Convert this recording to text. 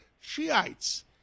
Shiites